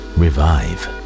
revive